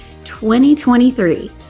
2023